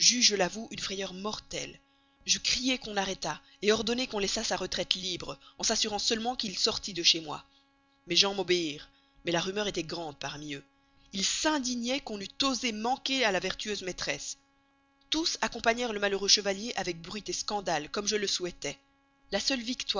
je l'avoue une frayeur mortelle je criai qu'on arrêtât ordonnai qu'on laissât sa retraite libre en s'assurant seulement qu'il sortît de chez moi mes gens m'obéirent mais la rumeur était grande parmi eux ils s'indignaient qu'on eût osé manquer à leur vertueuse maîtresse tous accompagnèrent le malencontreux chevalier avec bruit scandale comme je le souhaitais la seule